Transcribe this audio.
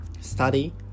study